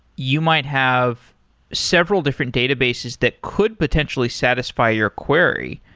you might have several different databases that could potentially satisfy your query,